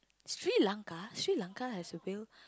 Sri-Lanka Sri-Lanka has a whale